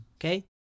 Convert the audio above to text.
okay